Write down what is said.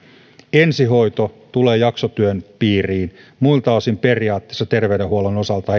ensihoito tulee jaksotyön piiriin muilta osin periaatteessa terveydenhuollon osalta